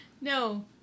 No